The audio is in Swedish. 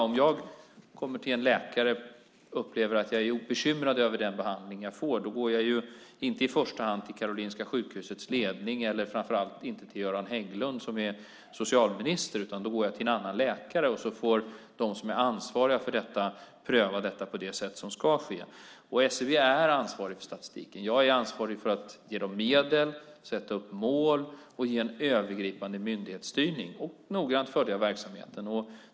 Om jag kommer till en läkare och upplever att jag är bekymrad över den behandling jag får går jag inte i första hand till Karolinska sjukhusets ledning och framför allt inte till Göran Hägglund som är socialminister, utan då går jag till en annan läkare. Sedan får de som är ansvariga för detta pröva detta på det sätt som ska ske. SCB är ansvarig för statistiken. Jag är ansvarig för att ge dem medel, sätta upp mål, ge en övergripande myndighetsstyrning och noggrant följa verksamheten.